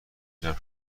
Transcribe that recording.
جمع